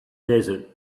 desert